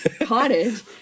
cottage